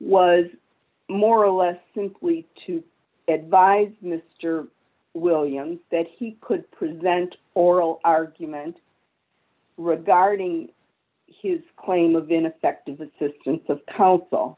was more or less simply to advise mr williams that he could present oral arguments regarding his claim of in effect as assistance of coun